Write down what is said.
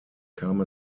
kam